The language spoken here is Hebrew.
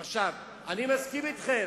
עכשיו, אני מסכים אתכם.